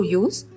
use